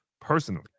personally